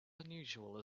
unusual